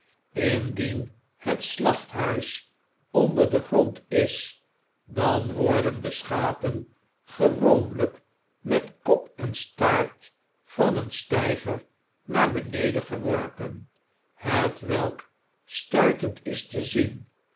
indien het slachthuis onder den grond is dan worden de schapen gewoonlp met kop en staart van een steiger naar beneden geworpen hetwelk stuitend is te zien